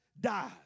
died